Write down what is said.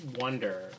wonder